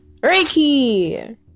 Reiki